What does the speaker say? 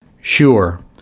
Sure